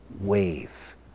wave